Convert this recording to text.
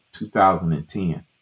2010